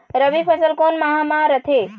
रबी फसल कोन माह म रथे?